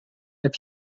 heb